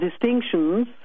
distinctions